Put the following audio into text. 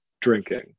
drinking